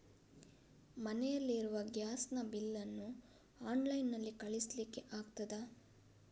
ಮನೆಯಲ್ಲಿ ಇರುವ ಗ್ಯಾಸ್ ನ ಬಿಲ್ ನ್ನು ಆನ್ಲೈನ್ ನಲ್ಲಿ ಕಳಿಸ್ಲಿಕ್ಕೆ ಆಗ್ತದಾ?